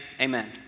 amen